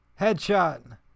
Headshot